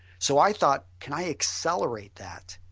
so i thought can i accelerate that?